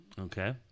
Okay